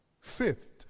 Fifth